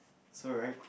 so right